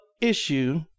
issue